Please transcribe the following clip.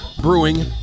Brewing